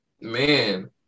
man